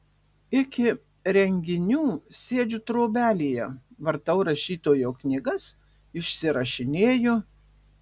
iki renginių sėdžiu trobelėje vartau rašytojo knygas išsirašinėju